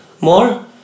more